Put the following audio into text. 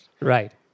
Right